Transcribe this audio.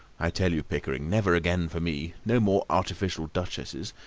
i tell you, pickering, never again for me. no more artificial duchesses.